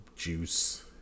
Juice